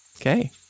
Okay